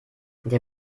der